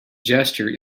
gesture